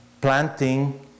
planting